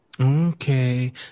Okay